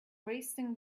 racing